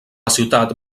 ciutat